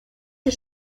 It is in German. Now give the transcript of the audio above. die